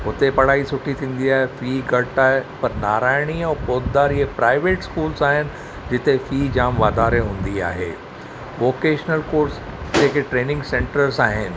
उते पढ़ाई सुठी थींदी आहे फी घटि आहे पर नारायणी ऐं पोद्दार इहे प्राइवेट स्कूल्स आहिनि जिते फी जाम वाधारे हूंदी आहे वोकेशनल कोर्स जेके ट्रेनिंग सेंटर्स आहिनि